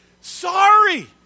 Sorry